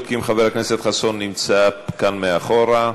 נמצא כאן מאחור.